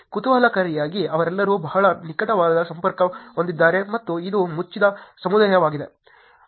ಕುತೂಹಲಕಾರಿಯಾಗಿ ಅವರೆಲ್ಲರೂ ಬಹಳ ನಿಕಟವಾಗಿ ಸಂಪರ್ಕ ಹೊಂದಿದ್ದಾರೆ ಮತ್ತು ಇದು ಮುಚ್ಚಿದ ಸಮುದಾಯವಾಗಿದೆ